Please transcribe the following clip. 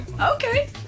Okay